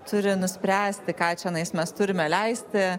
turi nuspręsti ką čianais mes turime leisti